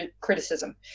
criticism